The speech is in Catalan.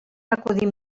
acudir